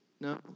no